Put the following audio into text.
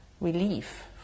relief